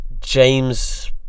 James